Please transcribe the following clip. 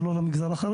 זה לא רק למגזר החרדי,